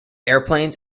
airplanes